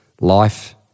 Life